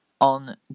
On